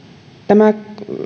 tämä